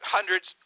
Hundreds